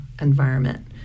environment